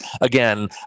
again